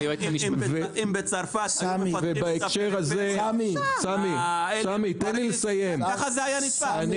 אם בצרפת היו -- -ככה זה היה נתפס.